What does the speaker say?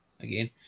again